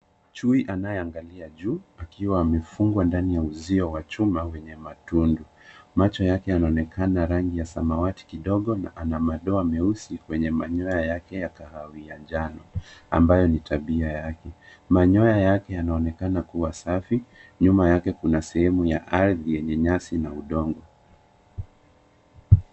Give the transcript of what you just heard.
Chui anayeangalia juu akiwa amefungwa ndani ya uzio wa chuma wenye matundu. Macho yake yanaonekana rangi ya samawati kidogo na ana madoa meusi kwenye manyoya yake ya kahawia njano, ambayo ni tabia yake. Manyoya yake yanaonekana kuwa safi. Nyuma yake kuna sehemu ya ardhi yenye nyasi na udongo.